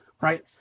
right